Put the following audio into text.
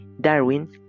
Darwin